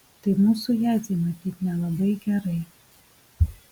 tai mūsų jadzei matyt nelabai gerai